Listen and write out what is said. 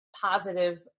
positive